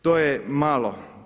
To je malo.